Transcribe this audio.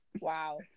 Wow